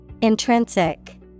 Intrinsic